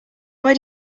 why